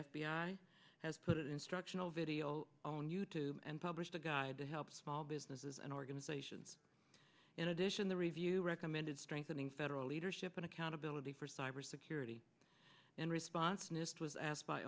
i has put instructional video on you tube and published a guide to help small businesses and organizations in addition the review recommended strengthening federal leadership and accountability for cyber security and response nist was asked by